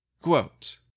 Quote